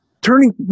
Turning